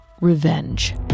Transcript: revenge